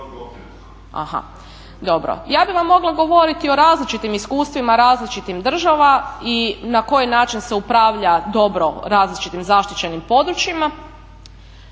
Aha. Dobro. Ja bih vam mogla govoriti o različitim iskustvima različitih država i na koji način se upravlja dobro različitim zaštićenim područjima,